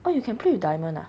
oh you can play with diamond ah